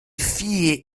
fille